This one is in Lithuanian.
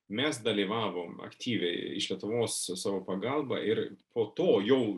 mes dalyvavom aktyviai iš lietuvos su savo pagalba ir po to jau